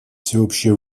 всеобщие